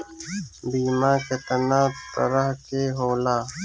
बीमा केतना तरह के होला?